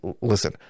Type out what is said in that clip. listen